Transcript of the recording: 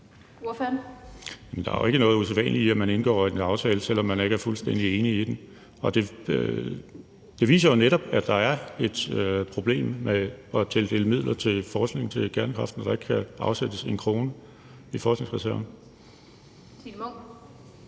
Der er jo ikke noget usædvanligt i, at man indgår en aftale, selv om man ikke er fuldstændig enig i den. Det viser jo netop, at der er et problem ved at tildele midler til forskning til kernekraft, når der ikke kan afsættes en krone i forskningsreserven.